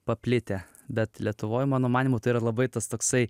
paplitę bet lietuvoj mano manymu tai yra labai tas toksai